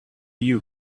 you